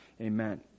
amen